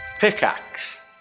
pickaxe